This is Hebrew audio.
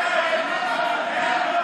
לך.